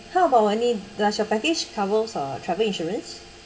how about I need does your package covers uh travel insurance